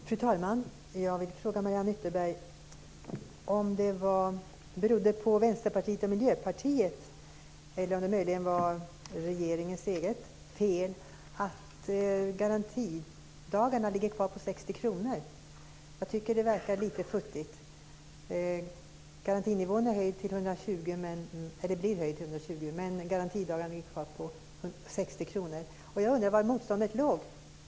Fru talman! Jag vill fråga Mariann Ytterberg om det berodde på Vänsterpartiet och Miljöpartiet eller om det möjligen var regeringens eget fel att ersättningen för garantidagarna ligger kvar på 60 kr. Jag tycker att det verkar lite futtigt. Garantinivån blir höjd till 120 kr, men ersättningen för garantidagarna ligger kvar på 60 kr. Jag undrar var motståndet låg.